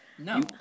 No